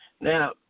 Now